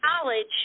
college